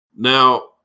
Now